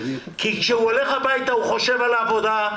כשהוא הולך הביתה הוא חושב על העבודה,